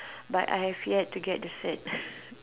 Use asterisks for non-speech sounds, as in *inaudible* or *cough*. but I have yet to get the cert *breath*